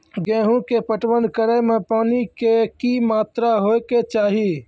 गेहूँ के पटवन करै मे पानी के कि मात्रा होय केचाही?